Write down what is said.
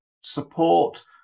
support